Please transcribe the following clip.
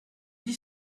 dit